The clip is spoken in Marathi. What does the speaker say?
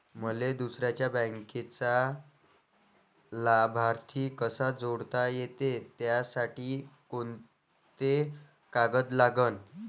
मले दुसऱ्या बँकेचा लाभार्थी कसा जोडता येते, त्यासाठी कोंते कागद लागन?